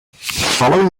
following